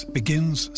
begins